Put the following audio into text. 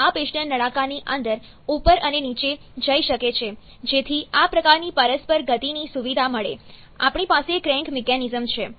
આ પિસ્ટન નળાકારની અંદર ઉપર અને નીચે જઈ શકે છે જેથી આ પ્રકારની પરસ્પર ગતિની સુવિધા મળે આપણી પાસે ક્રેન્ક મિકેનિઝમ છે